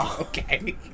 okay